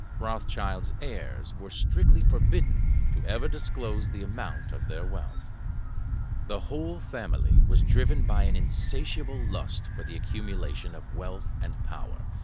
rothschild's heirs were strictly forbidden to ever disclose the amount of their wealth the whole family was driven by an insatiable lust for the accumulation of wealth and power.